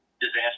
disaster